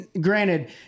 granted